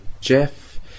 jeff